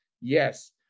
Yes